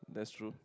that's true